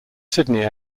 sydney